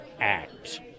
Act